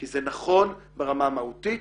כי זה נכון ברמה המהותית,